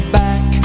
back